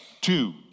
two